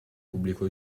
pubblicò